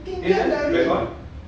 ye lah